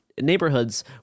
neighborhoods